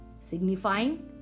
signifying